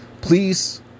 please